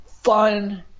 fun